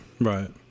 Right